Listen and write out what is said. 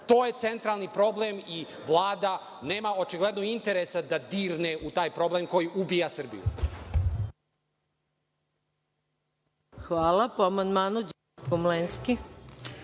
To je centralni problem i Vlada nema očigledno interesa da dirne u taj problem koji ubija Srbiju. **Maja